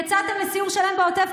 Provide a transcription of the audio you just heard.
יצאתם לסיור שלם בעוטף,